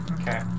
Okay